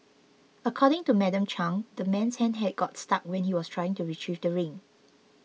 according to Madam Chang the man's hand had got stuck when he was trying to retrieve the ring